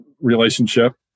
relationship